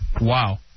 Wow